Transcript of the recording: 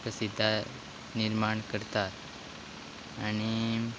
प्रसिद्दा निर्माण करता आनी